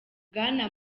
bwana